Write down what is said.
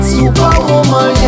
Superwoman